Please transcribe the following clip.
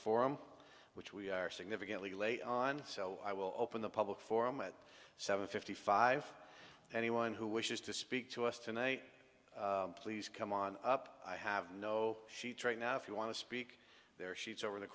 forum which we are significantly late on so i will open the public forum at seven fifty five anyone who wishes to speak to us tonight please come on up i have no sheetrock now if you want to speak their sheets over the